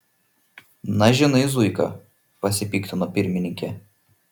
na žinai zuika pasipiktino pirmininkė